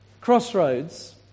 crossroads